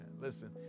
Listen